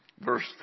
verse